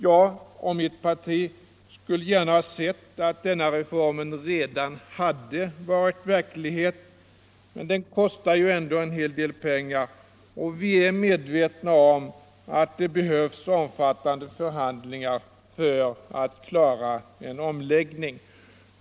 Jag och mitt parti skulle gärna ha sett att denna reform redan hade varit verklighet, men den kostar ju ändå en hel del pengar och vi är medvetna om att det behövs omfattande förhandlingar för att klara en omläggning.